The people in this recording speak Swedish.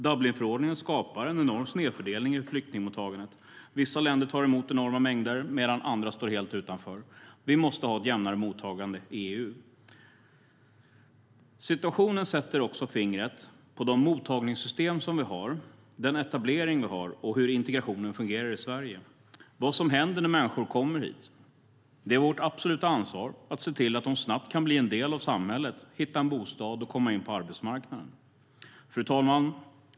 Dublinförordningen skapar en enorm snedfördelning i flyktingmottagandet. Vissa länder tar emot enorma mängder medan andra helt står utanför. Vi måste ha ett jämnare mottagande i EU. Situationen sätter också fingret på de mottagningssystem vi har, den etablering vi har, och hur integrationen fungerar i Sverige. Det handlar om vad som händer när människor kommer hit. Det är vårt absoluta ansvar att se till att de snabbt kan bli en del av samhället, hitta en bostad och komma in på arbetsmarknaden. Fru talman!